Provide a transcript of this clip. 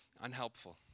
unhelpful